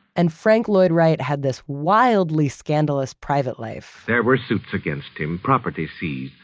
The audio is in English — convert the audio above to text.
and frank lloyd wright had this wildly scandalous private life there were suits against him, property seized,